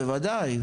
בוודאי.